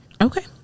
Okay